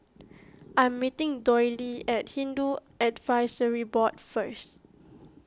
I'm meeting Doyle at Hindu Advisory Board first